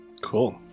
Cool